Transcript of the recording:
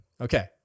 Okay